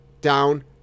down